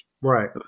right